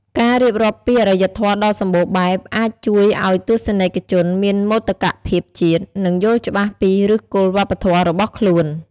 ការរៀបរាប់ពីអរិយធម៌ដ៏សម្បូរបែប អាចជួយឱ្យទស្សនិកជនមានមោទកភាពជាតិ និងយល់ច្បាស់ពីឫសគល់វប្បធម៌របស់ខ្លួន។